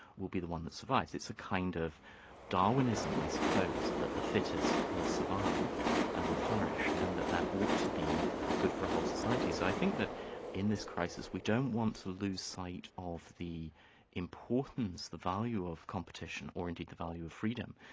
will be the one that survives. it's a kind of darwinism, i suppose, that the fittest will survive and will flourish and that that ought to be ah good for a whole society. so i think that in this crisis, we don't want to lose sight of the importance, the value of competition or indeed the value of freedom,